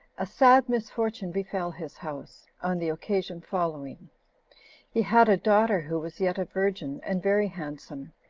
a sad misfortune befell his house, on the occasion following he had a daughter, who was yet a virgin, and very handsome,